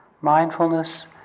mindfulness